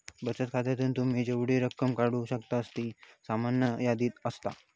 बचत खात्यातून तुम्ही जेवढी रक्कम काढू शकतास ती सामान्यतः यादीत असता